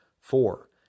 four